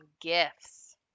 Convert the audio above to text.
gifts